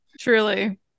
truly